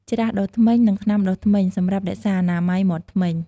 ច្រាសដុសធ្មេញ និងថ្នាំដុសធ្មេញ សម្រាប់រក្សាអនាម័យមាត់ធ្មេញ។